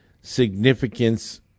significance